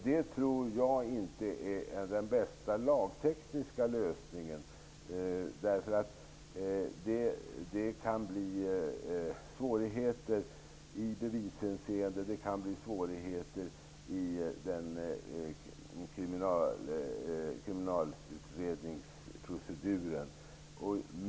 Jag tror inte att det är den bästa lagtekniska lösningen, eftersom det kan uppstå svårigheter i bevishänseende eller i kriminalutredningsproceduren.